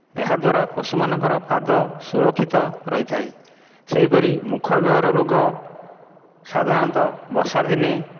ଏହାଦ୍ଵାରା ପଶୁମାନଙ୍କର ପାଦ ସୁରକ୍ଷିତ ରହିଥାଏ ସେହିପରି ମୁଖ ଗହ୍ଵର ରୋଗ ସାଧାରଣତଃ ବର୍ଷାଦିନେ